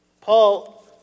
Paul